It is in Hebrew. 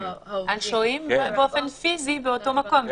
השוהים באופן פיסי באותו מקום.